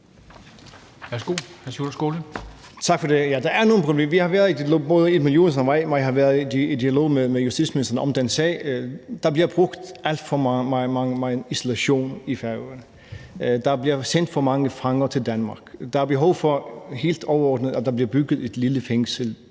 Tak for det. Ja, der er nogle problemer, og Edmund Joensen og jeg har været i dialog med justitsministeren om den sag. Isolation bliver brugt alt for meget på Færøerne. Der bliver sendt for mange fanger til Danmark. Der er behov for helt overordnet, at der bliver bygget et lille fængsel